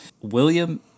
William